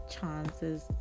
chances